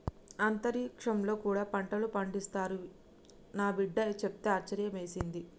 అంతరిక్షంలో కూడా పంటలు పండిస్తారు అని నా బిడ్డ చెప్తే ఆశ్యర్యమేసింది